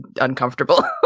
uncomfortable